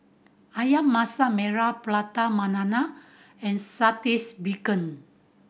Ayam Masak Merah Prata Banana and Saltish Beancurd